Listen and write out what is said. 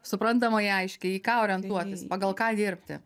suprantamai aiškiai į ką orentuotis pagal ką dirbti